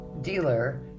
dealer